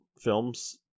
films